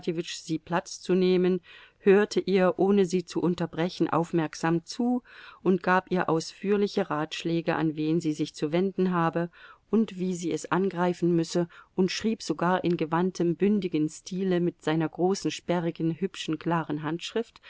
sie platz zu nehmen hörte ihr ohne sie zu unterbrechen aufmerksam zu und gab ihr ausführliche ratschläge an wen sie sich zu wenden habe und wie sie es angreifen müsse und schrieb sogar in gewandtem bündigem stile mit seiner großen sperrigen hübschen klaren handschrift